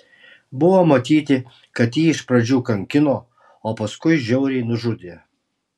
buvo matyti kad jį iš pradžių kankino o paskui žiauriai nužudė